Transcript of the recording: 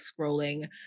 scrolling